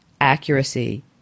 accuracy